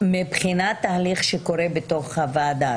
מבחינת ההליך שקורה בוועדה,